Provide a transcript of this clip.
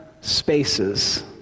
spaces